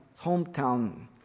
hometown